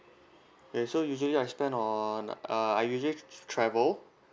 K so usually I spend of uh I usually tra~ travel